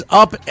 up